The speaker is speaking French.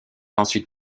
ensuite